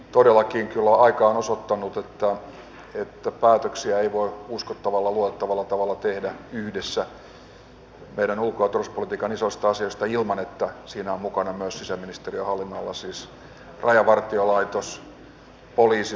todellakin kyllä aika on osoittanut että päätöksiä ei voi uskottavalla ja luotettavalla tavalla tehdä yhdessä meidän ulko ja turvallisuuspolitiikan isoista asioista ilman että siinä on mukana myös sisäministeriön hallinnonala siis rajavartiolaitos poliisi suojelupoliisi